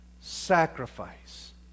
sacrifice